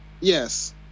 Yes